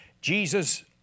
Jesus